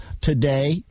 today